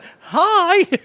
Hi